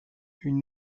une